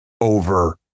over